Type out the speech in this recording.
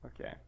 Okay